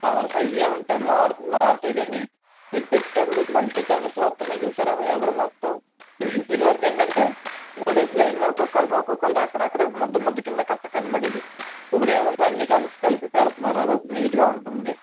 flowers అవే ఉంటాయి మారు మారుతాయి కానీ మీరు పెట్టేపుడు మల్టీ కలర్స్లో వస్తునయి చూశార ఎదర మొత్తం ఇదివరుకు ఏంటంటే మూడేసి లైన్లు ఒక్కో కలర్ ఒక్కో కలర్ అక్కడక్కడ ముద్ద ముద్ద కింద కరెక్ట్గా కనబడేది ఇప్పుడేముంది అన్ని కలర్స్ కలిపి పెడతన్నారు అదొకటి నీటుగా ఉంటంది